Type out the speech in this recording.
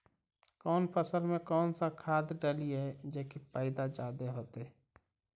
कौन फसल मे कौन सा खाध डलियय जे की पैदा जादे होतय?